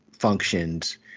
functions